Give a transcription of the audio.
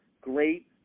great